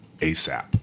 ASAP